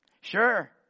Sure